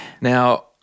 Now